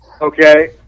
Okay